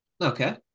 okay